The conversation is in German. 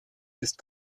ist